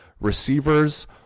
receivers